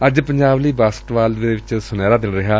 ਅੱਜ ਪੰਜਾਬ ਲਈ ਬਾਸਕਟਬਾਲ ਵਿੱਚ ਸੁਨਿਹਰਾ ਦਿਨ ਰਿਹਾ